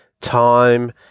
time